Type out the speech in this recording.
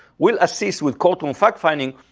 will assist with courtroom fact-finding,